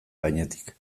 gainetik